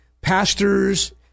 pastors